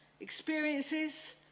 Experiences